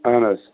اہن حظ